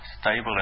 stable